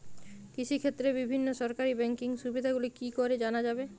কৃষিক্ষেত্রে বিভিন্ন সরকারি ব্যকিং সুবিধাগুলি কি করে জানা যাবে?